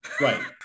Right